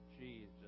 Jesus